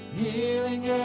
healing